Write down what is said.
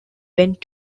went